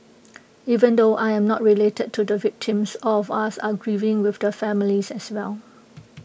even though I am not related to the victims all of us are grieving with the families as well